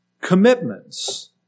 commitments